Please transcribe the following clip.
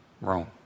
Rome